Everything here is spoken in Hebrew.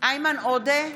איימן עודה,